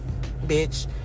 bitch